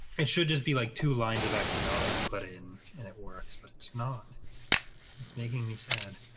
it should just be like two lines of and xml that you put it in and it works but it's not it's making me sad